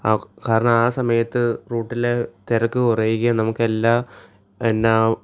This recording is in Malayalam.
ആ കാരണം ആ സമയത്ത് റൂട്ടിലെ തിരക്ക് കുറയുകയും നമുക്ക് എല്ലാ എന്നാൽ